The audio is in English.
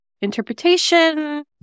interpretation